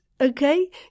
okay